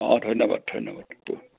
অঁ ধন্যবাদ ধন্যবাদ